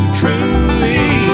truly